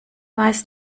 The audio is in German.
weiß